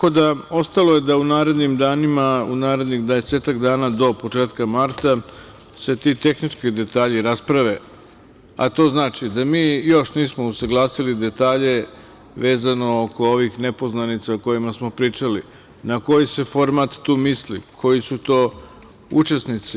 Ostalo je da u narednih dvadesetak dana, do početka marta, se ti tehnički detalji rasprave, a to znači da mi još nismo usaglasili detalja vezano oko ovih nepoznanica o kojima smo pričali, na koji se format tu misli, koji su to učesnici.